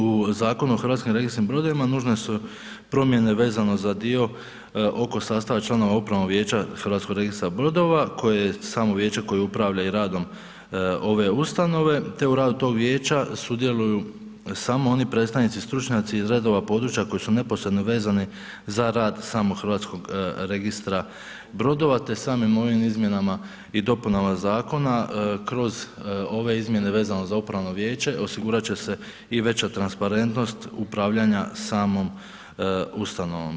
U Zakonu o Hrvatskom registru brodova nužne su promjene vezano za dio oko sastava članova Upravnog vijeća Hrvatskog registra brodova koje samo vijeće koje upravlja i radom ove ustanove te u radu tog vijeća sudjeluju samo oni predstavnici, stručnjaci iz redova područja koji su neposredno vezani za rad samog Hrvatskog registra brodova, te samim ovim izmjenama i dopunama zakona kroz ove izmjene vezano za upravo vijeće osigurat će se i veća transparentnost upravljanja samom ustanovom.